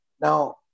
Now